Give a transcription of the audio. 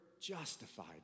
justified